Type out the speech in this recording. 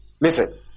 Listen